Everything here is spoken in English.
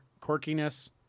Quirkiness